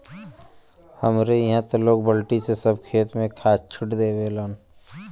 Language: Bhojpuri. हमरे इहां त लोग बल्टी से सब खेत में खाद छिट देवलन